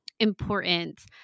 Important